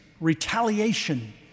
retaliation